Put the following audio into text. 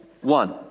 one